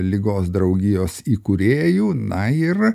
ligos draugijos įkūrėjų na ir